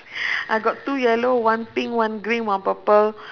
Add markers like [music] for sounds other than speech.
[breath] I got two yellow one pink one green one purple